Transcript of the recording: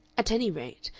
at any rate,